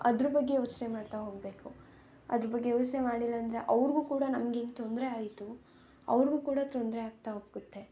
ಅದ್ರ ಬಗ್ಗೆ ಯೋಚನೆ ಮಾಡ್ತಾ ಹೋಗಬೇಕು ಅದ್ರ ಬಗ್ಗೆ ಯೋಚನೆ ಮಾಡಿಲ್ಲ ಅಂದರೆ ಅವ್ರಿಗೂ ಕೂಡ ನಮ್ಗೆಂಗೆ ತೊಂದರೆ ಆಯಿತು ಅವ್ರಿಗೂ ಕೂಡ ತೊಂದರೆ ಆಗ್ತಾ ಒಕ್ಕುತ್ತೆ